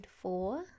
four